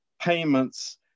payments